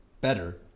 better